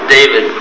David